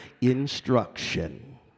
instruction